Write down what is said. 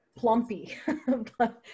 plumpy